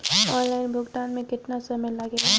Online भुगतान में केतना समय लागेला?